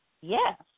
Yes